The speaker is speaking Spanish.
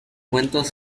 cuentos